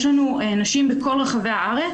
יש לנו נשים בכל רחבי הארץ,